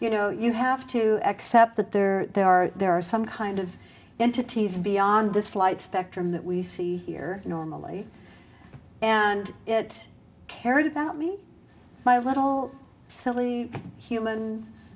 you know you have to accept that there are there are some kind of entities beyond this light spectrum that we see here normally and it cared about me my little silly human